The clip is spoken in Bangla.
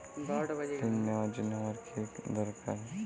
ঋণ নেওয়ার জন্য আমার কী দরকার?